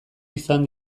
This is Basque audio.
izan